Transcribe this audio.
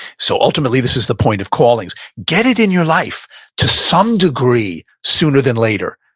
so ultimately, this is the point of callings. get it in your life to some degree sooner than later.